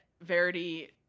Verity